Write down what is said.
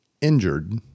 injured